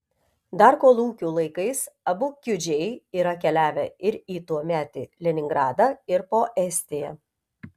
dar kolūkių laikais abu kiudžiai yra keliavę ir į tuometį leningradą ir po estiją